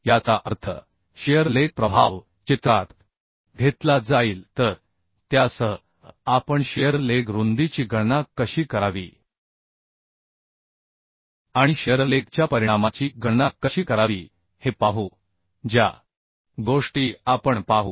याचा अर्थ shear lag प्रभाव चित्रात घेतला जाईल तर त्यासह आपण शिअर लेग रुंदीची गणना कशी करावी आणि शिअर लेगच्या परिणामाची गणना कशी करावी हे पाहू ज्या गोष्टी आपण पाहू